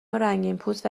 رنگینپوست